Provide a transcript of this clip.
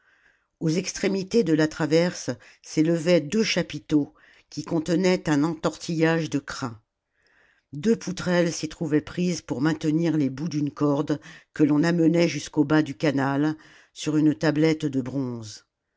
aux extrémités de la traverse s'élevaient deux chapiteaux qui contenaient un entortillage de crins deux poutrelles s'y trouvaient prises pour maintenir les bouts d'une corde que l'on amenait jusqu'au bas du canal sur une tablette de bronze